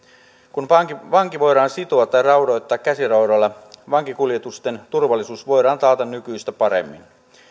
kun vanki vanki voidaan sitoa tai raudoittaa käsiraudoilla vankikuljetusten turvallisuus voidaan taata nykyistä paremmin